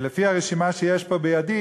לפי הרשימה שיש פה בידי,